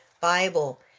Bible